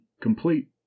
complete